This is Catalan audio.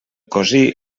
cosí